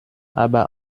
aber